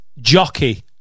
Jockey